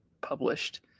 published